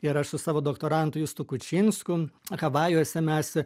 ir aš su savo doktorantu justu kučinsku havajuose mes